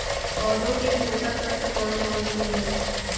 पौधों के पोषक तत्व कौन कौन से हैं?